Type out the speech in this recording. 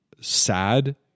Sad